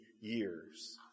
years